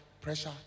pressure